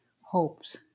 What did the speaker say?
hopes